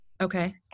Okay